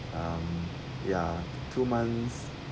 um ya two months